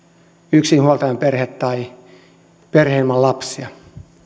yksinhuoltajan perhe tai perhe ilman lapsia